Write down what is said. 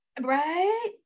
right